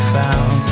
found